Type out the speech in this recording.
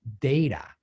data